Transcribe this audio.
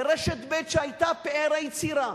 ורשת ב', שהיתה פאר היצירה,